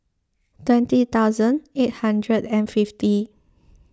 twenty thousand eight hundred and fifty